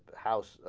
house ah.